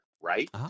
right